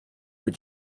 but